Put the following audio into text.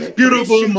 beautiful